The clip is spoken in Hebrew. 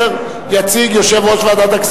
אין מתנגדים, אין נמנעים.